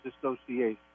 Association